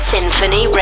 Symphony